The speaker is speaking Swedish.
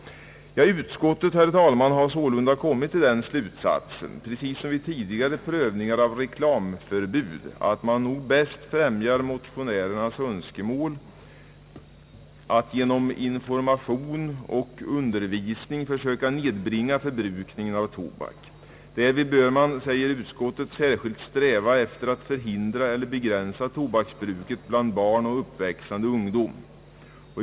Utskottet har sålunda kommit till den slutsatsen, precis som vid tidigare prövningar av krav på reklamförbud, att man bäst främjar motionärernas önskemål om man genom information och undervisning försöker nedbringa förbrukningen av tobak. Därvid bör man, säger utskottet, särskilt sträva efter att förhindra eller begränsa tobaksbruket bland barn och uppväxande ungdom.